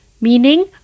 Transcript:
Meaning